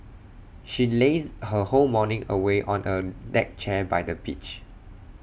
she lazed her whole morning away on A deck chair by the beach